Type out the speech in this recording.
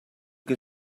que